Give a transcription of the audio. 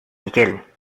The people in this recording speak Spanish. miguel